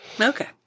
Okay